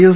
S